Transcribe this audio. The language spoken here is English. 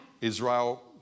Israel